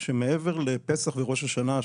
שמעבר לפסח וראש השנה,